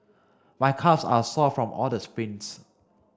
my calves are sore from all the sprints